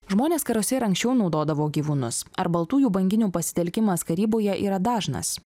žmonės karuose ir anksčiau naudodavo gyvūnus ar baltųjų banginių pasitelkimas karyboje yra dažnas